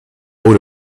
would